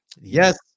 Yes